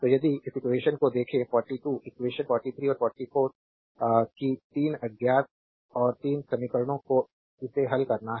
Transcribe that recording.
तो यदि उस इक्वेशन को देखें 42 इक्वेशन 43 और 44 कि 3 अज्ञात और 3 समीकरणों को इसे हल करना है